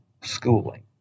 schooling